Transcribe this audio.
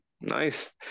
Nice